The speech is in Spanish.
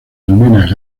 almenas